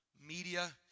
media